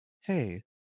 hey